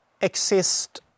exist